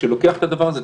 שלוקח את הדבר הזה,